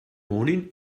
morning